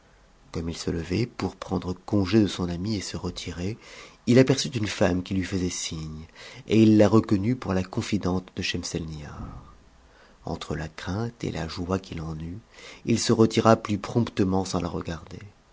comme il se levait pour prendre congé de son ami et se retirer il aperçut une femme qui lui faisait signe et il la reconnut pour a confidente de schemselnihar entre la crainte et la joie qu'il en eut il se retira plus promptement sans la regarder